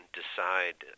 decide